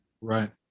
Right